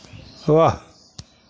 वाह